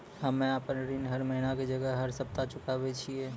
हम्मे आपन ऋण हर महीना के जगह हर सप्ताह चुकाबै छिये